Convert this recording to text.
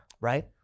Right